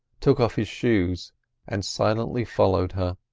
took off his shoes and silently followed her.